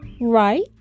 right